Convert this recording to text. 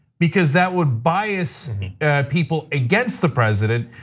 because that would bias people against the president,